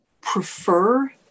prefer